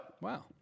Wow